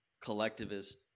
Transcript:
collectivist